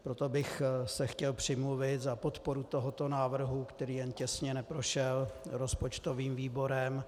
Proto bych se chtěl přimluvit za podporu tohoto návrhu, který jen těsně neprošel rozpočtovým výborem.